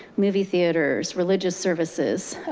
movie theaters, religious services,